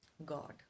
God